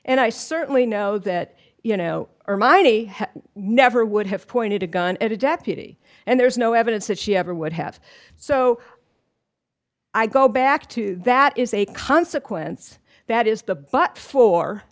and i certainly know that you know or might never would have pointed a gun at a deputy and there is no evidence that she ever would have so i go back to that is a consequence that is the but for